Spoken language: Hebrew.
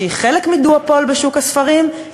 שהיא חלק מדואופול בשוק הספרים,